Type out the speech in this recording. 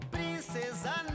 Princesa